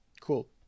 cool